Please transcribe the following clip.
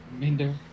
Minder